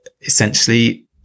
essentially